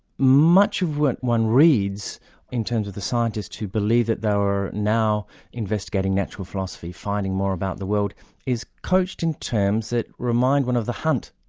much of what one reads in terms of the scientists who believed that they were now investigating natural philosophy, finding more about the world is couched in terms that remind one of the hunt,